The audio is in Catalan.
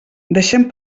deixem